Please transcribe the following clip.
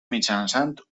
mitjançant